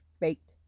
baked